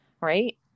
Right